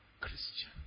Christian